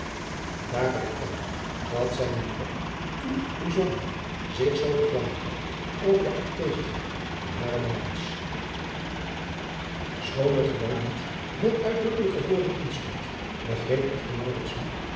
bij kwam dat zijne moeder toen bijzonder zich zoo beklaagd had over de afwezendheid van haren maurits schoon het er wel niet met uitdrukkelijke woorden in stond begreep echter maurits nu